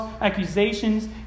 accusations